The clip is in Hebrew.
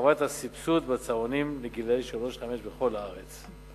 ולהרחבת הסבסוד בצהרונים לגילאי שלוש חמש בכל הארץ.